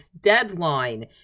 deadline